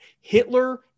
Hitler